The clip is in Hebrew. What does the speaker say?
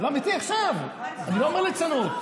אמיתי, עכשיו, אני לא אומר ליצנות.